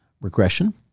regression